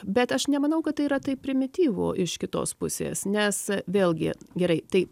bet aš nemanau kad tai yra taip primityvu iš kitos pusės nes vėlgi gerai tai